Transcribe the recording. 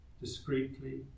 Discreetly